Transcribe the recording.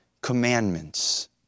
commandments